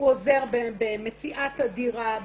הוא עוזר במציאת הדירה,